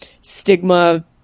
stigma